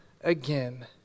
again